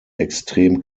extrem